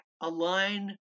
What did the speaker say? align